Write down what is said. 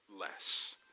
less